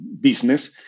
business